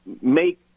make